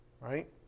right